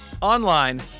online